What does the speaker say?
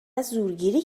زورگیری